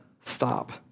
stop